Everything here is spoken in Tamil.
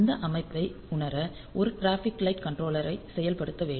இந்த அமைப்பை உணர ஒரு டிராஃபிக் லைட் கன்ட்ரோலரை செயல்படுத்த வேண்டும்